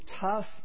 tough